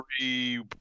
three